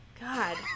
God